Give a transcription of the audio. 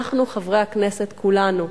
אנחנו, חברי הכנסת, כולנו,